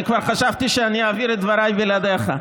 אני כבר חשבתי שאני אעביר את דבריי בלעדיך.